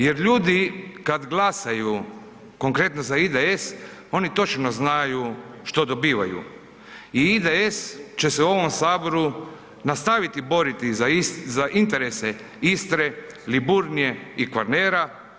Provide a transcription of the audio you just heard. Jer ljudi kad glasaju, konkretno za IDS, oni točno znaju što dobivaju i IDS će se u ovom saboru nastaviti boriti za interese Istre, Liburnije i Kvarnera.